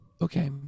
Okay